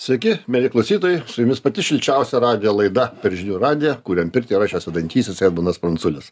sveiki mieli klausytojai su jumis pati šilčiausia radijo laida per žinių radiją kuriam pirtį ir aš jos vedantysis edmundas pranculis